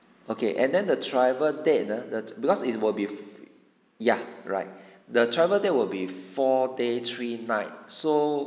okay and then the travel date ah the because it will be ya right the travel there will be four day three night so